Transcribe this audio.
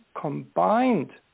combined